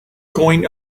going